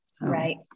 Right